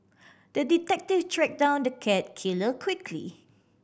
the detective tracked down the cat killer quickly